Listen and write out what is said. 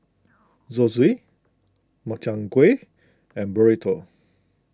Zosui Makchang Gui and Burrito